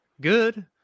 good